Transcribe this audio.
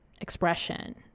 expression